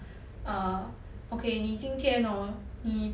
err okay 你今天 hor 你